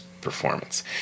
performance